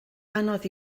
anodd